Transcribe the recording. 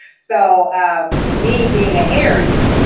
so um me being a aries,